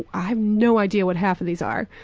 i have no idea what half of these are.